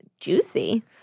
juicy